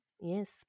Yes